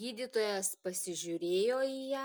gydytojas pasižiūrėjo į ją